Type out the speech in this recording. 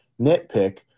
nitpick